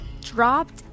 dropped